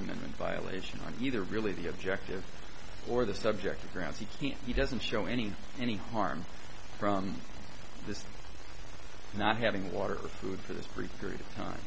amendment violation on either really the objective or the subjective grounds he can't he doesn't show any any harm from just not having water or food for this brief period of time